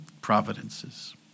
providences